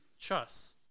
Chuss